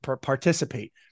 participate